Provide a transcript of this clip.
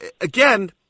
again